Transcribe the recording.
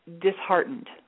disheartened